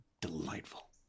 delightful